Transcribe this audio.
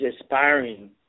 aspiring